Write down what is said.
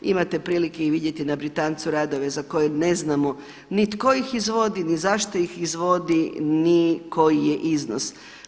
Imate prilike i vidjeti na Britancu radove za koje ne znamo ni tko ih izvodi, ni zašto ih izvodi, ni koji je iznos.